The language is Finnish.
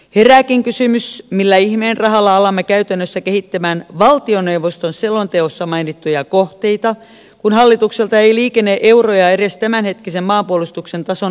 herääkin kysymys millä ihmeen rahalla alamme käytännössä kehittää valtioneuvoston selonteossa mainittuja kohteita kun hallitukselta ei liikene euroja edes tämänhetkisen maanpuolustuksen tason ylläpitoon